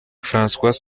françois